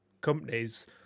companies